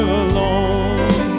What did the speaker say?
alone